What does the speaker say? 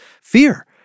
fear